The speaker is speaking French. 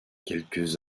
quelques